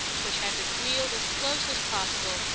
which had been wheeled as close as possible,